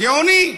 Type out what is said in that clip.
גאוני.